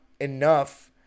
enough